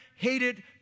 hated